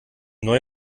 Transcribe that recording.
neue